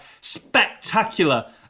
spectacular